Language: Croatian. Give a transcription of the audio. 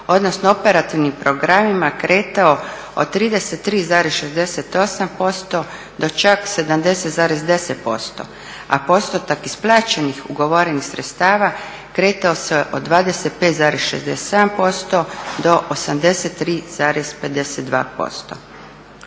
odnosno operativnim programima kretao od 33,68% do čak 70,10%, a postotak isplaćenih ugovorenih sredstava kretao se od 25,67% do 83,52%.